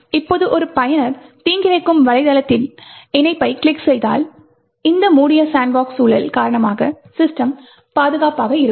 இப்போது ஒரு பயனர் தீங்கிழைக்கும் வலைத்தளத்தின் இணைப்பைக் கிளிக் செய்தால் இந்த மூடிய சாண்ட்பாக்ஸ் சூழல் காரணமாக சிஸ்டம் பாதுகாப்பாக இருக்கும்